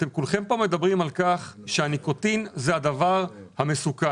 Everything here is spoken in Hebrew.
אתם כולכם מדברים פה על כך שהניקוטין זה הדבר המסוכן.